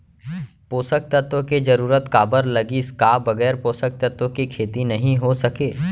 पोसक तत्व के जरूरत काबर लगिस, का बगैर पोसक तत्व के खेती नही हो सके?